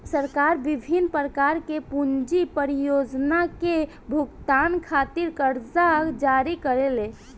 सरकार बिभिन्न प्रकार के पूंजी परियोजना के भुगतान खातिर करजा जारी करेले